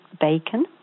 bacon